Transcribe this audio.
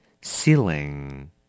ceiling